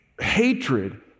hatred